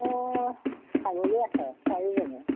ছাগলী আছে চাৰিজনী